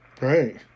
Right